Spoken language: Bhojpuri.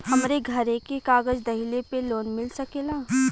हमरे घरे के कागज दहिले पे लोन मिल सकेला?